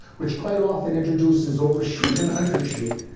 which quite often introduces overshoot and undershoot.